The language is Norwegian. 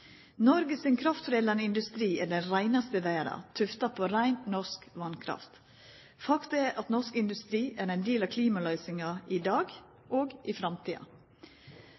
Noreg sin kraftforedlande industri er den reinaste i verda – tufta på rein norsk vasskraft. Fakta er at norsk industri er ein del av klimaløysinga i dag – og i framtida.